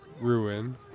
Ruin